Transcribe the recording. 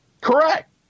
Correct